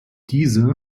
diese